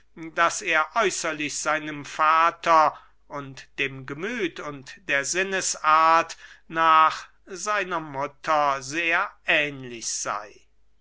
daß er äußerlich seinem vater und dem gemüth und der sinnesart nach seiner mutter sehr ähnlich sey